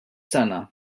sena